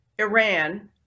Iran